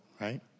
Right